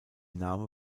name